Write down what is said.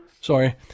sorry